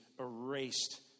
erased